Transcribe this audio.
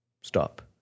stop